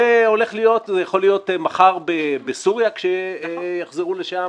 זה יכול להיות מחר בסוריה כשיחזרו לשם